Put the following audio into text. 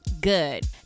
Good